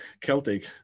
Celtic